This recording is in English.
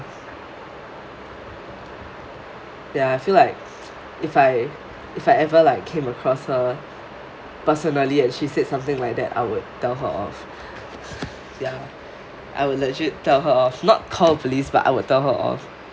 ya ya I feel like if I if I ever like came across her personally and she said something like that I would tell her off ya I will legit tell her off not call the police but I will tell her off